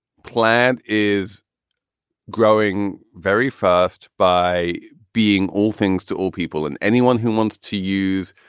planned is growing very fast by being all things to all people and anyone who wants to use.